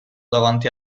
davanti